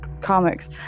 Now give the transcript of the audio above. comics